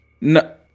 No